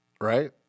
right